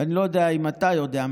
ואני לא יודע אם אתה יודע,